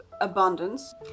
abundance